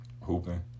Hooping